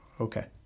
Okay